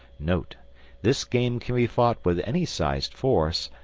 note this game can be fought with any sized force,